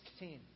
16